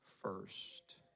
first